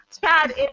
Chad